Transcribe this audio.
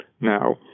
Now